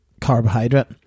carbohydrate